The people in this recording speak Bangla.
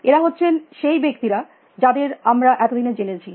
এরা হচ্ছেন সেই ব্যক্তি যাদের আমরা এতদিনে জেনেছি